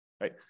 right